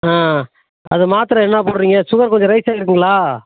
அ அது மாத்திரை என்ன போடறீங்க ஷுகர் கொஞ்சம் ரைஸ் ஆகியிருக்குங்களா